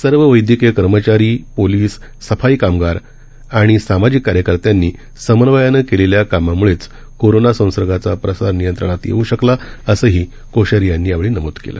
सर्ववैद्यकीयकर्मचारी police सफाईकर्मचारीआणिसामाजिककार्यकर्त्यानीसमन्वयानंकेलेल्याकामामुळेचकोरोनासंसर्गाचाप्रसारनियंत्रणा तयेऊशकलाअसंहीकोश्यारीयांनीयावेळीनमूदकेलं